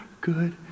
good